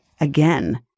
again